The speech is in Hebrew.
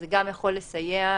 זה גם יכול לסייע.